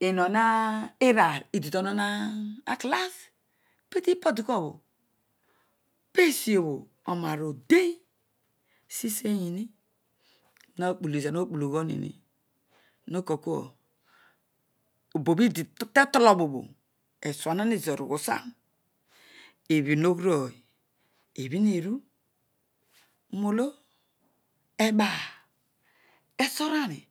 enon aar iraar arooy iaitonon a class pitipadikuabho pesiobho omaar oden isiseini ardina kpulu, ezoon hokpulu ghuahin nokool kua obobho idite toloro obho esuahaan ezoor ghusan ebhinogh rooy ebhin eru roolo ebaal esorani